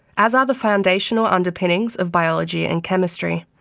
as are the foundational underpinnings of biology and chemistry.